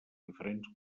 diferents